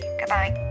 goodbye